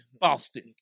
Boston